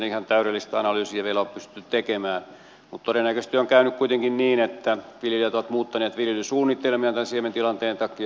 ihan täydellistä analyysiä ei vielä ole pystytty tekemään mutta todennäköisesti on käynyt kuitenkin niin että viljelijät ovat muuttaneet viljelysuunnitelmiaan tämän siementilanteen takia